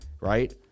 right